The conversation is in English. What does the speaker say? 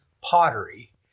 pottery